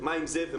ומה עם זה?